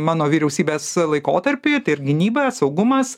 mano vyriausybės laikotarpį tai ir gynyba saugumas